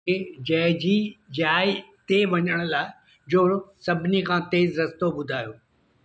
मूंखे जय जी जाइ ते वञण लाइ जो सभिनी खां तेज़ु रस्तो ॿुधायो